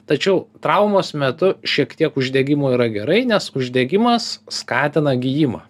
tačiau traumos metu šiek tiek uždegimo yra gerai nes uždegimas skatina gijimą